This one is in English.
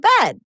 bed